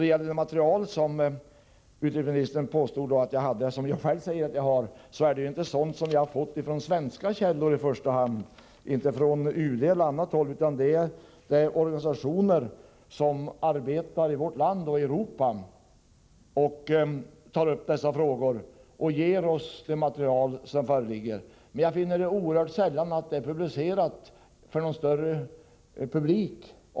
Det material jag har och som utrikesministern refererade till är inte något som jag har fått från i första hand svenska källor, från UD eller från annat svenskt håll. Materialet kommer från organisationer som arbetar med dessa frågor i vårt land och i Europa. Jag finner oerhört sällan att sådant material offentliggörs för en större publik.